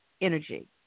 energy